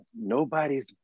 nobody's